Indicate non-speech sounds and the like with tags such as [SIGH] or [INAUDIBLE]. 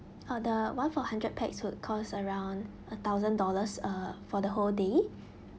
oh the one for hundred pax would cost around a thousand dollars uh for the whole day [BREATH]